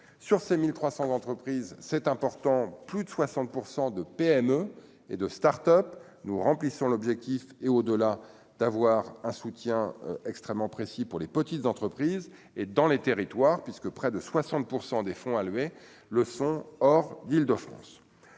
sur 5300 entreprises c'est important, plus de 60 pour 100 de PME et de Start-Up nous remplissons l'objectif et, au-delà, d'avoir un soutien extrêmement précis pour les petites entreprises et dans les territoires, puisque près de 60 % des fonds alloués le sont hors d'Île-de-France,